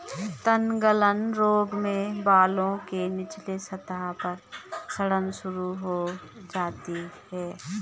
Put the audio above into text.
तनगलन रोग में बेलों के निचले सतह पर सड़न शुरू हो जाती है